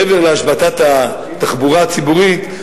מעבר להשבתת התחבורה הציבורית,